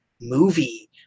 movie